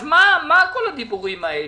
אז מה כל הדיבורים האלה?